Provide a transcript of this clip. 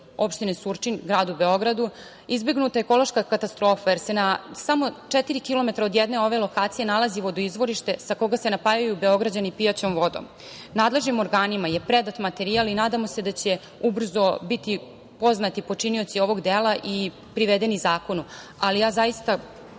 Opštine Surčin, Gradu Beogradu, izbegnuta ekološka katastrofa, jer se na samo četiri kilometara od jedne ove lokacije nalazi vodoizvorište sa koga se napajaju Beograđani pijaćom vodom. Nadležnim organima je predat materijal i nadamo se da će ubrzo biti poznati počinioci ovog dela i privedeni zakonu, ali ja zaista